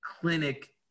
clinic